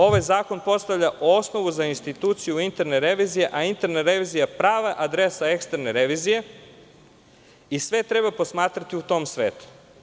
Ovaj zakon postavlja osnovu za instituciju interne revizije, a interna revizija je prava adresa eksterne revizije i sve treba posmatrati u tom svetlu.